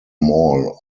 mall